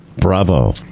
Bravo